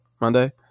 Monday